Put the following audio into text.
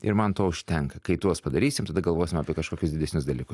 ir man to užtenka kai tuos padarysim tada galvosim apie kažkokius didesnius dalykus